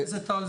חבר הכנסת טל,